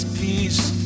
peace